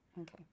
Okay